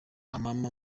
amama